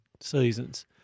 seasons